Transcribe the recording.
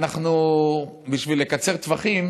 ובשביל לקצר טווחים